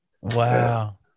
Wow